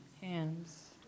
Hands